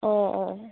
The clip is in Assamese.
অঁ অঁ